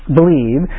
believe